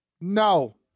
No